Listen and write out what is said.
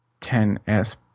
10S